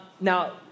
Now